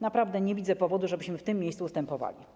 Naprawdę nie widzę powodu, żebyśmy w tym miejscu ustępowali.